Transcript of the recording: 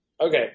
okay